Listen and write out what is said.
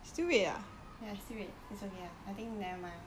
ya still wait it okay ya I think never mind uh